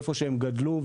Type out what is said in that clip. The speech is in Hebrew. במקום שהם גדלו,